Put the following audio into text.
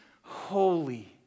Holy